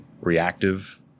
reactive